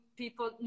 people